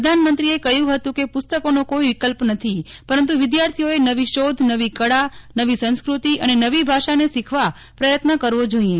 પ્રધાનમંત્રીએ કહ્યું હતું કેપુસ્તકોનો કોઈ વિકલ્પ નથી પરંતુ વિદ્યાર્થીઓએ નવી શોધ નવી કળા નવી સંસ્કૃતિ અને નવી ભાષાને શીખવા પ્રયત્ન કરવો જોઈએ